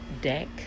Deck